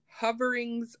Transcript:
hoverings